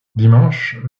dimanche